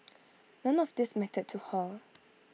none of these mattered to her